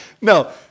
No